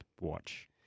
watch